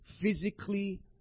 physically